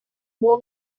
one